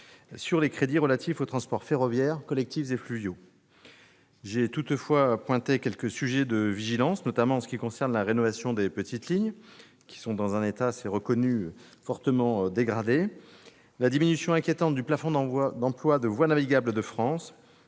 sur les crédits relatifs aux transports ferroviaires, collectifs et fluviaux. J'ai toutefois pointé quelques sujets de vigilance, notamment en ce qui concerne la rénovation des petites lignes, dont on connaît l'état fortement dégradé, la diminution inquiétante du plafond d'emplois de Voies navigables de France,